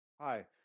Hi